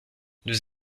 nous